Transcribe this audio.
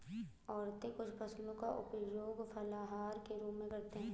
औरतें कुछ फसलों का उपयोग फलाहार के रूप में करते हैं